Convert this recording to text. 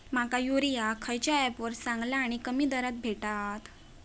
माका युरिया खयच्या ऍपवर चांगला आणि कमी दरात भेटात?